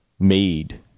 made